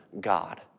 God